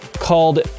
called